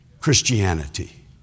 Christianity